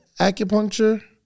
acupuncture